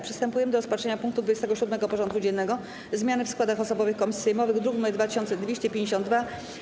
Przystępujemy do rozpatrzenia punktu 27. porządku dziennego: Zmiany w składach osobowych komisji sejmowych (druk nr 2252)